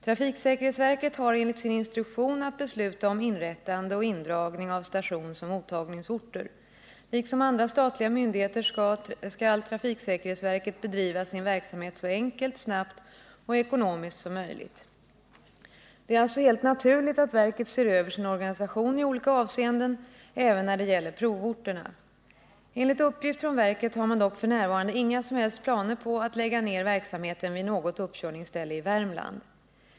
Trafiksäkerhetsverket har enligt sin instruktion att besluta om inrättande och indragning av stationsoch mottagningsorter. Liksom andra statliga myndigheter skall trafiksäkerhetsverket bedriva sin verksamhet så enkelt, snabbt och ekonomiskt som möjligt. Det är alltså helt naturligt att verket ser över sin organisation i olika avseenden även när det gäller provorterna. Enligt uppgift från verket har man dock f.n. inga som helst planer på att lägga ned verksamheten vid något uppkörningsställe i Värmland.